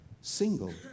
single